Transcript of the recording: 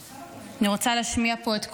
אני רוצה להשמיע פה את קולה,